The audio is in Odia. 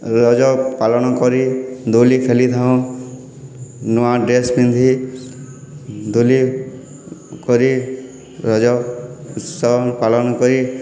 ରଜ ପାଳନକରି ଦୋଲି ଖେଳିଥାଉଁ ନୂଆ ଡ୍ରେସ୍ ପିନ୍ଧି ଦୁଳିକରି ରଜଉତ୍ସବ ପାଳନକରି